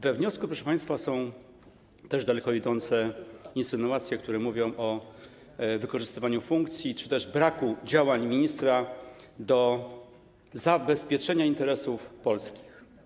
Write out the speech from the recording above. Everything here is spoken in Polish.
We wniosku, proszę państwa, są też daleko idące insynuacje, które mówią o wykorzystywaniu funkcji czy braku działań ministra w celu zabezpieczenia interesów polskich.